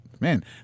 man